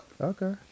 Okay